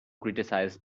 criticize